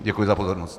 Děkuji za pozornost.